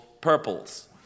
purples